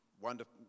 wonderful